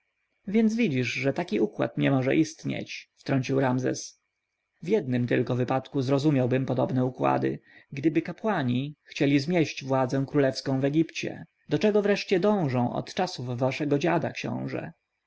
więc widzisz że taki układ nie może istnieć wtrącił ramzes w jednym tylko wypadku rozumiałbym podobne układy gdyby kapłani chcieli znieść władzę królewską w egipcie do czego wreszcie dążą od czasów waszego dziada książę